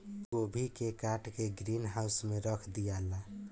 गोभी के काट के ग्रीन हाउस में रख दियाला